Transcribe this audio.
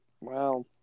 Wow